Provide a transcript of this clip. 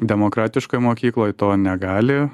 demokratiškoj mokykloj to negali